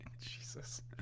jesus